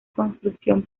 construcción